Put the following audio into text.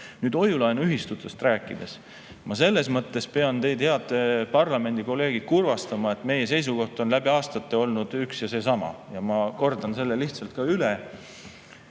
nüüd hoiu‑laenuühistutest. Ma selles mõttes pean teid, head parlamendikolleegid, kurvastama, et meie seisukoht on läbi aastate olnud üks ja seesama. Ma kordan selle lihtsalt üle.